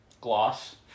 gloss